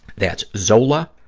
that's zola.